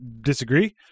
disagree